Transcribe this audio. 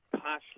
partially